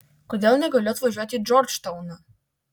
kodėl negaliu atvažiuoti į džordžtauną